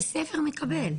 בית הספר מקבל.